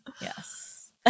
Yes